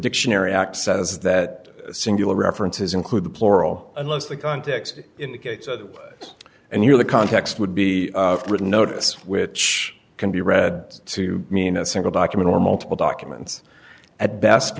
dictionary act says that singular references include the plural unless the context indicates that and you know the context would be written notice which can be read to mean a single document or multiple documents at best